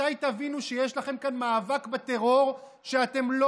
מתי תבינו שיש לכם כאן מאבק בטרור שאתם לא